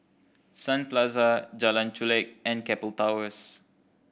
Sun Plaza Jalan Chulek and Keppel Towers